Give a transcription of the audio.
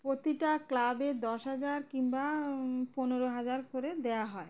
প্রতিটা ক্লাবে দশ হাজার কিংবা পনেরো হাজার করে দেওয়া হয়